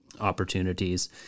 opportunities